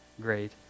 great